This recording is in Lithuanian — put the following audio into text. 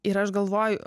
ir aš galvoju